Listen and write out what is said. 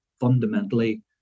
fundamentally